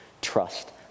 trust